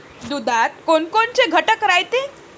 दुधात कोनकोनचे घटक रायते?